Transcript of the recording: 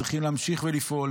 צריכים להמשיך ולפעול.